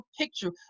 picture